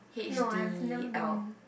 no I have never been